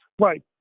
right